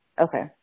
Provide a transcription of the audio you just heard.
Okay